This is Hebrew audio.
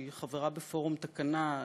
שהיא חברה בפורום "תקנה",